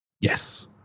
Yes